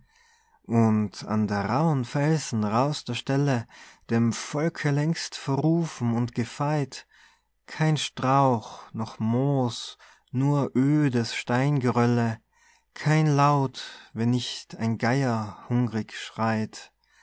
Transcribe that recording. und an der rauhen felsen rauhster stelle dem volke längst verrufen und gefeyt kein strauch noch moos nur ödes steingerölle kein laut wenn nicht ein geier hungrig schreit